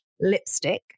lipstick